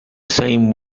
same